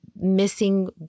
missing